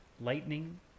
lightning